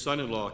SON-IN-LAW